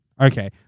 Okay